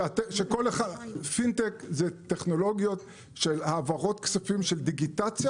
אז פינטק אלו טכנולוגיות של העברות כספים של דיגיטציה,